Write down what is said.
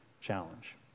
challenge